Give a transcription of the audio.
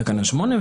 תקנה 8,